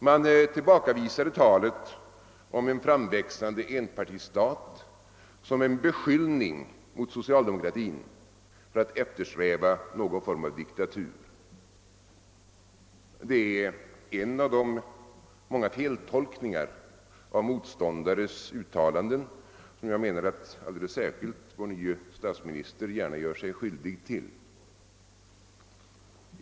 Man tillbakavisade talet om en framväxande enpartistat som en beskyllning mot socialdemokratin för att eftersträva någon form av diktatur. Det är en av de många feltolkningar av motståndares uttalanden som jag menar att alldeles särskilt vår nye statsminister gör sig skyldig till.